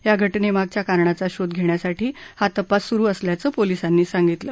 या घटनेमागच्या कारणांचा शोध घेण्यासाठी हा तपास सुरु असल्याचं पोलिसांनी सांगितलं